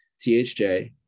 THJ